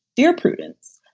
dear prudence,